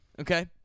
Okay